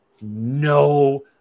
no